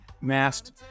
masked